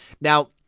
Now